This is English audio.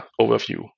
overview